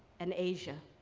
and asia.